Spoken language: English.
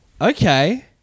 Okay